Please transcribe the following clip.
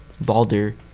Baldur